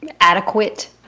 adequate